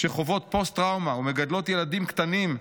שחוות פוסט-טראומה ומגדלות ילדים קטנים,